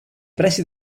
pressi